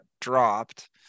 dropped